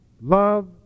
love